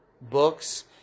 books